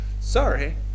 sorry